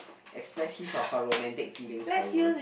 express his or her romantic feeling for you